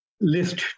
list